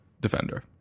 defender